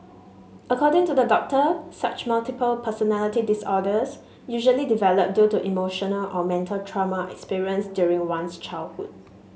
according to the doctor such multiple personality disorders usually develop due to emotional or mental trauma experienced during one's childhood